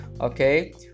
okay